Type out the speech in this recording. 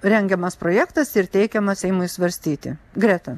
rengiamas projektas ir teikiamas seimui svarstyti greta